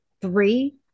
Three